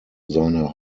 seine